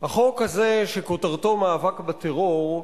בשם המאבק כביכול בטרור,